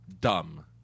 dumb